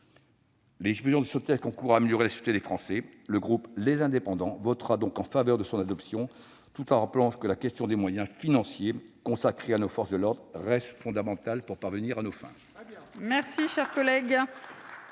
dispositions de ce texte concourent à améliorer la sécurité des Français. Le groupe Les Indépendants votera donc en faveur de son adoption, tout en rappelant que la question des moyens financiers consacrés à nos forces de l'ordre reste fondamentale pour parvenir à nos fins.